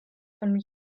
von